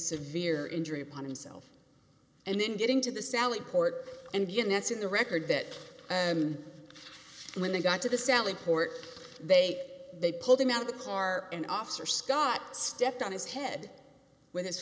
severe injury upon himself and then getting to the sally port and yet that's in the record that and when they got to the sally port they they pulled him out of the car and officer scott stepped on his head with his